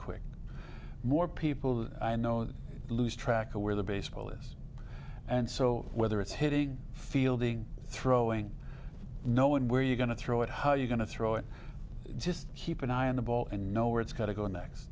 quick more people i know lose track of where the baseball is and so whether it's hitting fielding throwing no one where you're going to throw it how are you going to throw it just keep an eye on the ball and know where it's going to go next